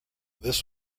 this